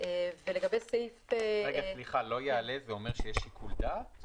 לא יעלה, זה אומר שיש שיקול דעת?